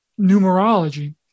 numerology